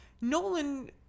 Nolan